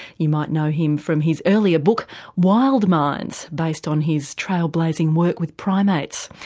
you might know him from his earlier book wild minds, based on his trail blazing work with primates.